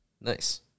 Nice